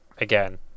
Again